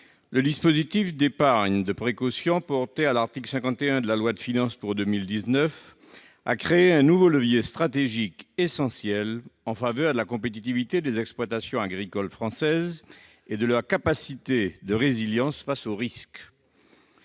Le dispositif de l'épargne de précaution porté à l'article 51 de la loi de finances pour 2019 a créé un nouveau levier stratégique essentiel en faveur de la compétitivité des exploitations agricoles françaises et de leur capacité de résilience face aux risques.